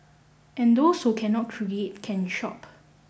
and those who cannot create can shop